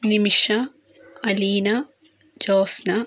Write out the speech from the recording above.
Nimisha Aleena Jyotsna